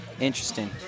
Interesting